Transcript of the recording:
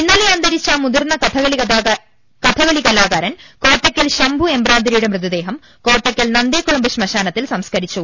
ഇന്നലെ അന്തരിച്ച മുതിർന്ന കഥ കളി കലാ കാ രൻ കോട്ടയ്ക്കൽ ശംഭു എമ്പ്രാന്തിരിയുടെ മൃതദേഹം കോട്ടയ്ക്കൽ നന്തേക്കുളമ്പ് ശ്മശാനത്തിൽ സംസ്കരിച്ചു